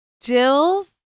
Jill's